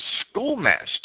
schoolmaster